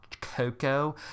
cocoa